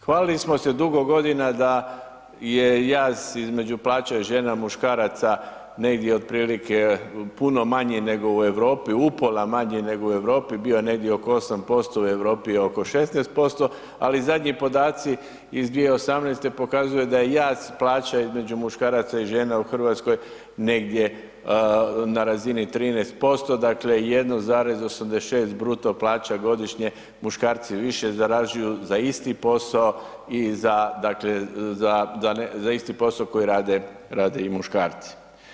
Hvalili smo se dugo godina da je jaz između plaća žena i muškaraca negdje otprilike puno manji nego u Europi, upola manji nego u Europi, bio je negdje oko 8%, u Europi oko 16%, ali zadnji podaci iz 2018. pokazuju da je jaz plaća između muškaraca i žena u Hrvatskoj negdje na razini 13%, dakle 1,86 bruto plaća godišnje muškarci više zarađuju za isti posao i za dakle za isti posao koji rade i muškarci.